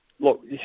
Look